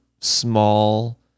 small